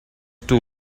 too